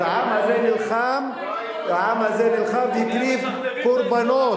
אז העם הזה נלחם, העם הזה נלחם והקריב קורבנות.